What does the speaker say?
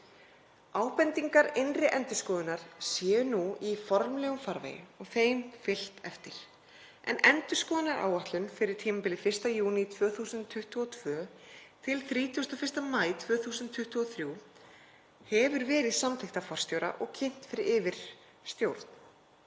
Ábendingar innri endurskoðunar séu nú í formlegum farvegi og þeim fylgt eftir en endurskoðunaráætlun fyrir tímabilið 1. júní 2022 til 31. maí 2023 hefur verið samþykkt af forstjóra og kynnt fyrir yfirstjórn.